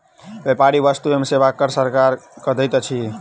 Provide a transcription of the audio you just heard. व्यापारी वस्तु एवं सेवा कर सरकार के दैत अछि